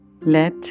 Let